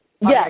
yes